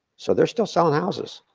so they're still selling houses,